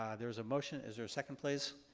ah there was a motion. is there a second, please?